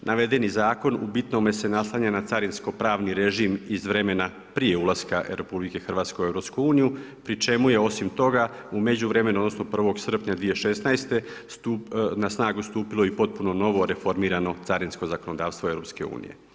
Navedeni zakon u bitnome se naslanja na carinsko pravni režim iz vremena prije ulaska RH u EU, pri čemu je osim toga u međuvremenu odnosno 1. srpnja 2016. na snagu stupilo i potpuno novo reformirano carinsko zakonodavstvo EU.